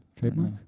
Trademark